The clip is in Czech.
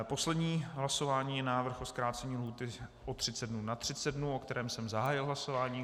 Poslední hlasování je návrh o zkrácení lhůty o 30 dnů na 30 dnů, o kterém jsem zahájil hlasování.